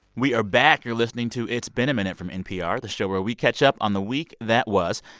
we are back. you're listening to it's been a minute from npr, the show where we catch up on the week that was.